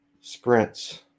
sprints